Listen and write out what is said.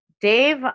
Dave